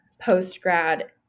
post-grad